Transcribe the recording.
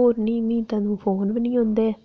और निं मी तैह्लूं फोन बी निं होंदे हे